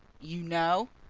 you know?